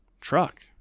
truck